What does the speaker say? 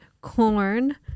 corn